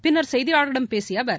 பின்னர் செய்தியாளர்களிடம் பேசிய அவர்